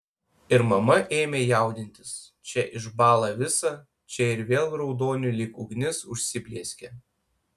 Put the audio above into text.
ir mama ėmė jaudintis čia išbąla visa čia ir vėl raudoniu lyg ugnis užsiplieskia